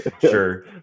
Sure